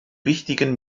wichtigen